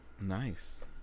Nice